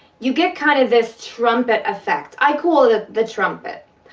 you get kind of this trumpet effect, i call it the trumpet.